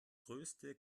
größte